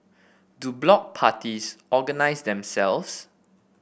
do block parties organise themselves